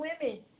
women